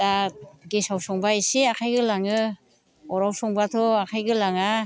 दा गेसआव संबा एसे आखाइ गोलाङो अरआव संबाथ' आखाइ गोलाङा